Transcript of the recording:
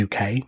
UK